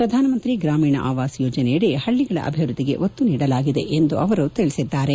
ಪ್ರಧಾನ ಮಂತ್ರಿ ಗ್ರಾಮೀಣ ಆವಾಸ್ ಯೋಜನೆಯಡಿ ಹಳ್ಳಗಳ ಅಭಿವೃದ್ಧಿಗೆ ಒತ್ತು ನೀಡಲಾಗಿದೆ ಎಂದು ಅವರು ತಿಳಿಸಿದ್ದಾರೆ